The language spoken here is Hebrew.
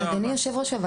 אדוני היושב-ראש,